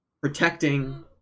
protecting